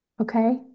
Okay